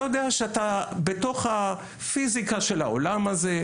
יודע שאתה בתוך הפיזיקה של העולם הזה,